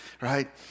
right